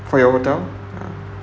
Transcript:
for your hotel